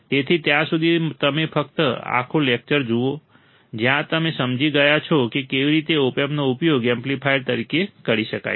તેથી ત્યાં સુધી તમે ફક્ત આખું લેકચર જુઓ જ્યાં તમે સમજી ગયા છો કે કેવી રીતે ઓપએમ્પનો ઉપયોગ એમ્પ્લીફાયર તરીકે કરી શકાય છે